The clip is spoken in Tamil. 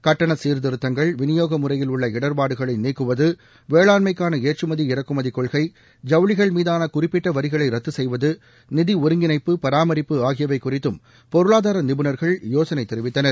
கட்டன சீர்த்திருத்தங்கள் விநியோக முறையில் உள்ள இடா்பாடுகளை நீக்குவது வேளாண்மைக்கான ஏற்றுமதி இறக்குமதி கொள்கை ஜவுளிகள் மீதான குறிப்பிட்ட வரிகளை ரத்து செய்வது நிதி ஒருங்கிணைப்பு பராமரிப்பு ஆகியவை குறித்தும் பொருளாதார நிபுணர்கள் யோசனை தெரிவித்தனர்